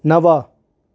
नव